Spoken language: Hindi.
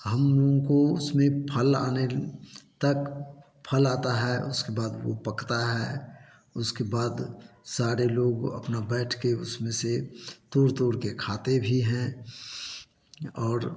हम लोगों को उसमें फल आने तक फल आता है उसके बाद वो पकता है उसके सारे लोग अपना बैठ के उसमें से तोड़ तोड़ के खाते भी हैं और